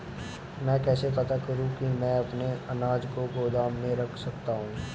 मैं कैसे पता करूँ कि मैं अपने अनाज को गोदाम में रख सकता हूँ?